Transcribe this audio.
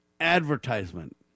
advertisement